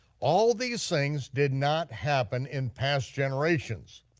all these things did not happen in past generations,